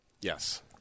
Yes